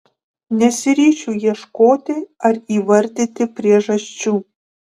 nesiryšiu ieškoti ar įvardyti priežasčių